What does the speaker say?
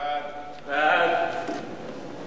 סעיפים 1 3 נתקבלו.